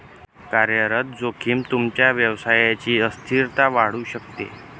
कार्यरत जोखीम तुमच्या व्यवसायची अस्थिरता वाढवू शकते